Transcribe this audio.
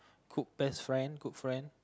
good best friend good friend